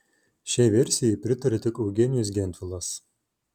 šiai versijai pritarė tik eugenijus gentvilas